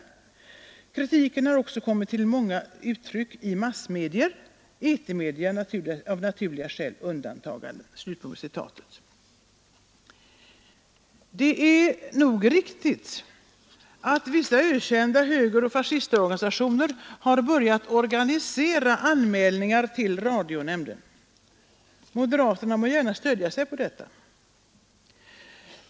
Kritiken har också kommit till många uttryck i massmedierna, etermedierna av naturliga skäl undantagna.” Det är nog riktigt att vissa ökända högeroch fascistorganisationer har börjat organisera anmälningar till radionämnden — moderaterna må gärna stödja sig på detta.